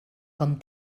com